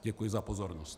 Děkuji za pozornost.